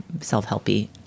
self-helpy